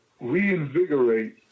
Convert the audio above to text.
reinvigorate